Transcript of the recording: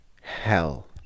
hell